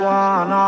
one